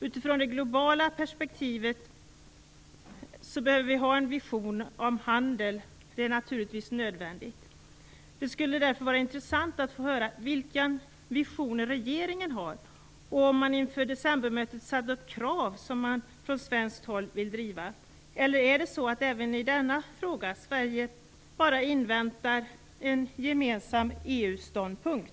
Utifrån det globala perspektivet behöver vi ha en vision om handel, det är naturligtvis nödvändigt. Det skulle därför vara intressant att höra vilka visioner regeringen har. Har man inför decembermötet från svensk sida ställt upp krav som man vill driva, eller är det även i denna fråga så att Sverige bara inväntar en gemensam EU-ståndpunkt?